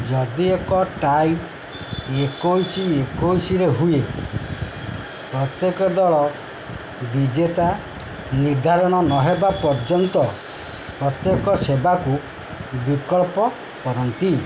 ଯଦି ଏକ ଟାଇ ଏକୋଇଶ ଏକୋଇଶରେ ହୁଏ ପ୍ରତ୍ୟେକ ଦଳ ବିଜେତା ନିର୍ଦ୍ଧାରଣ ନହେବା ପର୍ଯ୍ୟନ୍ତ ପ୍ରତ୍ୟେକ ସେବାକୁ ବିକଳ୍ପ କରନ୍ତି